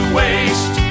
waste